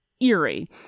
eerie